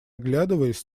оглядываясь